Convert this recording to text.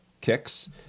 kicks